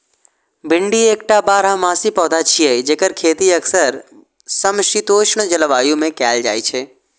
भिंडी एकटा बारहमासी पौधा छियै, जेकर खेती अक्सर समशीतोष्ण जलवायु मे कैल जाइ छै